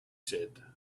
said